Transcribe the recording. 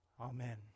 Amen